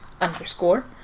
underscore